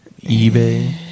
eBay